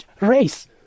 race